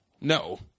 No